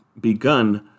begun